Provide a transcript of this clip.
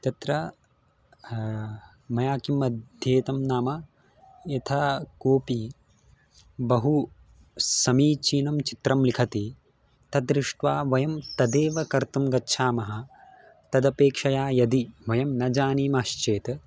तत्र मया किम् अध्येतं नाम यथा कोपि बहु समीचीनं चित्रं लिखति तद्दृष्ट्वा वयं तदेव कर्तुं गच्छामः तदपेक्षया यदि वयं न जानीमश्चेत्